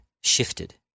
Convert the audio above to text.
shifted